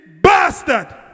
bastard